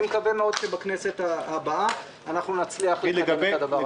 אני מקווה מאוד שבכנסת הבאה נצליח לקדם את הדבר הזה.